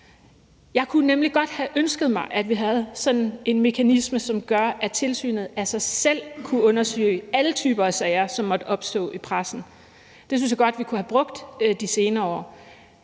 Jeg kunne nemlig godt have ønsket mig, at vi havde sådan en mekanisme, som gjorde, at tilsynet af sig selv kunne undersøge alle typer af sager, som måtte opstå i pressen. Det synes jeg godt at vi kunne have brugt de senere år.